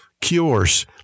cures